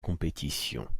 compétition